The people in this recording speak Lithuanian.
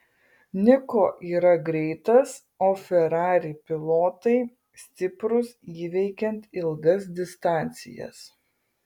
niko yra greitas o ferrari pilotai stiprūs įveikiant ilgas distancijas